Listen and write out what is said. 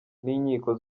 n’inkiko